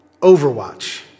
Overwatch